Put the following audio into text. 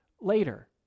later